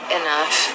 enough